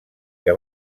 que